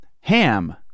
Ham